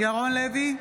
ירון לוי,